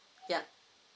yup